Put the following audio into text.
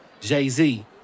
Jay-Z